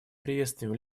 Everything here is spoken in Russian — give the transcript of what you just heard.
приветствуем